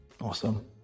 Awesome